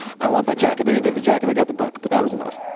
i want that jacket. i didn't get the jacket, i got the book, but that was enough.